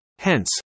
Hence